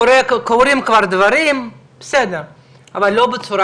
כיוון שלמיטב ידיעתנו כל התקבולים של רמ"י עוברים לאוצר